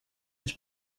was